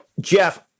Jeff